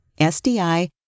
SDI